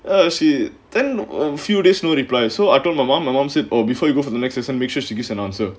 I see then a few days no reply so I told my mom my mom said oh before you go for the next isn't mixtures you get an answer